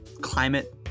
climate